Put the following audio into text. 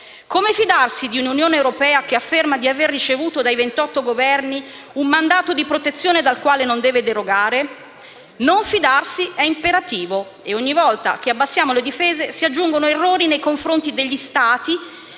Come fidarsi di una Unione europea che afferma di aver ricevuto dai 28 Governi un mandato di protezione dal quale non deve derogare? Non fidarsi è imperativo. Ogni volta che abbassiamo le difese si aggiungono errori nei confronti degli Stati